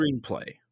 screenplay